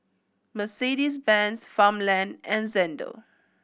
Mercedes Benz Farmland and Xndo